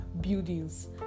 buildings